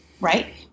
right